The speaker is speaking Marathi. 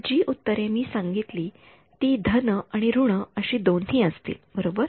तर जी उत्तरे मी सांगितली ती धन आणि ऋण अशी दोन्ही असतील बरोबर